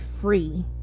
free